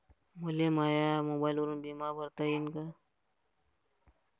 मले माया मोबाईलवरून बिमा भरता येईन का?